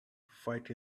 fight